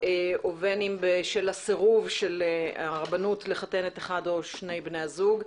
ובין אם בשל הסירוב של הרבנות לחתן אחד או שני בני הזוג.